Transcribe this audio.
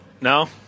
No